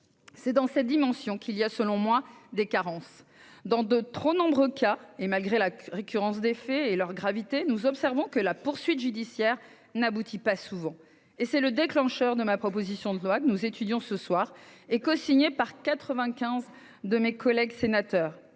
C'est dans ce cadre qu'existent, selon moi, des carences. Dans de trop nombreux cas, malgré la récurrence des faits et leur gravité, nous observons que la poursuite judiciaire n'aboutit pas souvent. Une telle situation a constitué le déclencheur de la proposition de loi que nous étudions ce soir. Elle a été cosignée par 95 de mes collègues sénateurs,